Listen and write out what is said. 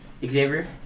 Xavier